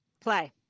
Play